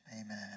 Amen